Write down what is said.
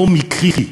לא מקרי,